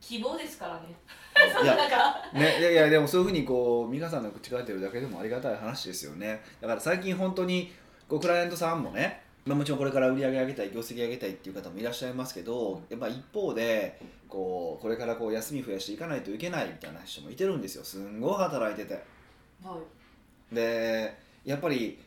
希望ですからね。 いや、その中。ね、いやいや、でもそういうふうにこう、皆さんの口から出てるだけでもありがたい話ですよね。だから最近本当に、こう、クライアントさんもね、まあ、もちろんこれから売り上げ上げたい、業績上げたいっていう方もいらっしゃいますけど、やっぱ一方で、こう、これからこう、休み増やしていかないといけないみたいな人もいてるんですよ。すんごい働いてて。はい。で、やっぱり